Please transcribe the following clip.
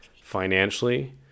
financially